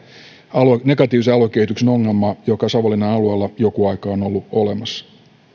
negatiivisen aluekehityksen ongelmaa joka savonlinnan alueella jonkin aikaa on ollut olemassa